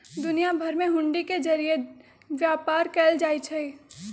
दुनिया भर में हुंडी के जरिये व्यापार कएल जाई छई